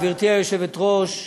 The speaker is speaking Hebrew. גברתי היושבת-ראש,